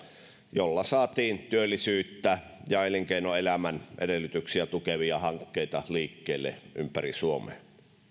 joilla saatiin työllisyyttä ja elinkeinoelämän edellytyksiä tukevia hankkeita liikkeelle ympäri suomea